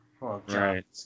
Right